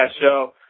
show